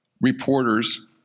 reporters